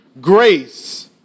grace